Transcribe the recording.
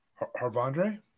Harvandre